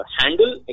handle